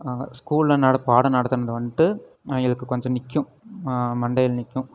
ஸ்கூலில் நட பாடம் நடத்துனதை வந்துட்டு அவங்களுக்கு கொஞ்சம் நிற்கும் மண்டையில் நிற்கும்